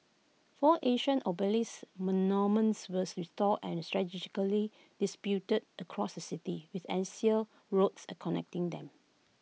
four ancient obelisk monuments were restored and strategically distributed across the city with axial roads connecting them